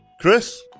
Chris